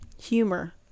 Humor